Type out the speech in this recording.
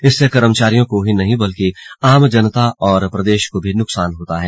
इससे कर्मचारियों को ही नहीं बल्कि आम जनता और प्रदेश को भी नुकसान होता है